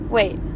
Wait